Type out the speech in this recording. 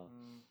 mm